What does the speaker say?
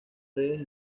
redes